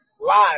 live